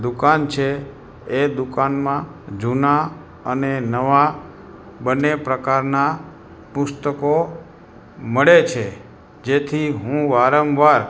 દુકાન છે એ દુકાનમાં જૂના અને નવાં બંને પ્રકારનાં પુસ્તકો મળે છે જેથી હું વારંવાર